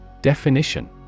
Definition